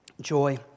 joy